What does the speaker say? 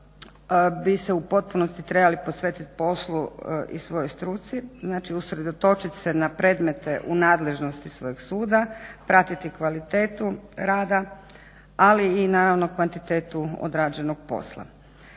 bi se u potpunosti trebali posvetiti poslu i svojoj struci, znači usredotočiti se na predmete u nadležnosti svojeg suda, pratiti kvalitetu rada, ali i naravno kvantitetu odrađenog posla.